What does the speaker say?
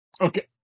Okay